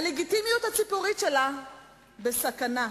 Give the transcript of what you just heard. הלגיטימיות הציבורית שלה בסכנה.